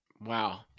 Wow